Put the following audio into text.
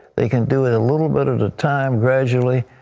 they can do it a little bit at a time, gradually.